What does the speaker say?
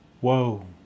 whoa